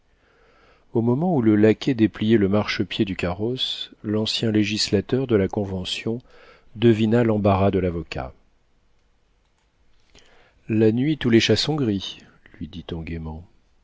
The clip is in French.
au moment où le laquais dépliait le marche-pied du carrosse l'ancien législateur de la convention devina l'embarras de l'avocat la nuit tous les chats sont gris lui dit-il